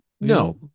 No